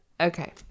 Okay